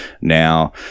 now